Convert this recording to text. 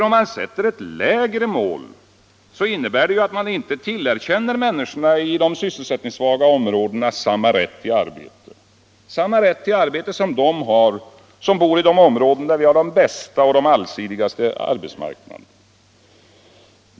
Om man sätter ett lägre mål, innebär det att man inte tillerkänner människorna i de sysselsättningssvaga områdena samma rätt till arbete som de människor som bor i områden där vi har den bästa och mest allsidiga arbetsmarknaden.